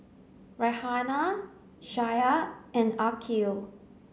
Raihana Syah and Aqil